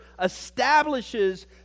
establishes